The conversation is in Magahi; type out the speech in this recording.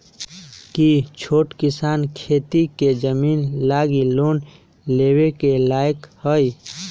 कि छोट किसान खेती के जमीन लागी लोन लेवे के लायक हई?